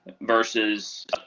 versus